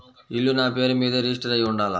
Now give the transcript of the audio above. ఇల్లు నాపేరు మీదే రిజిస్టర్ అయ్యి ఉండాల?